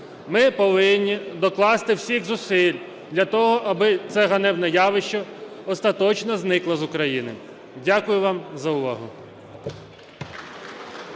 Ми повинні докласти всіх зусиль для того, аби це ганебне явище остаточно зникло з України. Дякую вам за увагу.